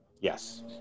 Yes